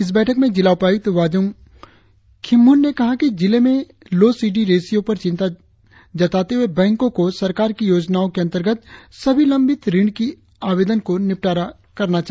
इस बैठक में जिला उपायुक्त वाजोंग खिमहुंन ने कहा कि जिले में लो सीडी रेशियो पर चिंता जताते हुए बैंको को सरकार की योजनाओ के अंतर्गत सभी लंबित ऋण की आवेदन का निपटारा करने को कहा